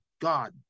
God